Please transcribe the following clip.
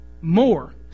More